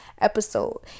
episode